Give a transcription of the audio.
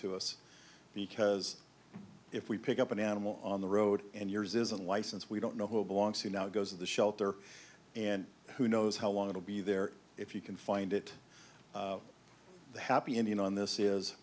to us because if we pick up an animal on the road and yours is a license we don't know who belongs here now goes to the shelter and who knows how long it'll be there if you can find it happy ending on this is